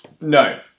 No